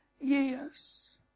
years